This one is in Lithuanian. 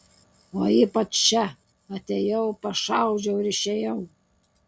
o ypač čia atėjau pašaudžiau ir išėjau